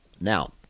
Now